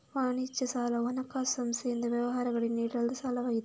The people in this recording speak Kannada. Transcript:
ವಾಣಿಜ್ಯ ಸಾಲವು ಹಣಕಾಸು ಸಂಸ್ಥೆಯಿಂದ ವ್ಯವಹಾರಗಳಿಗೆ ನೀಡಲಾದ ಸಾಲವಾಗಿದೆ